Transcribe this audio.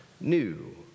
new